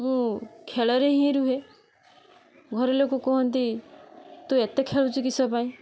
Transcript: ମୁଁ ଖେଳରେ ହିଁ ରୁହେ ଘର ଲୋକ କୁହନ୍ତି ତୁ ଏତେ ଖେଳୁଛୁ କିସ ପାଇଁ